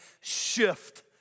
shift